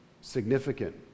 significant